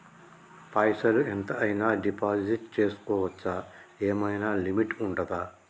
పైసల్ ఎంత అయినా డిపాజిట్ చేస్కోవచ్చా? ఏమైనా లిమిట్ ఉంటదా?